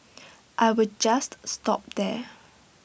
I will just stop there